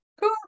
Cool